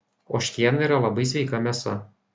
ožkiena yra labai sveika mėsa